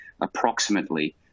approximately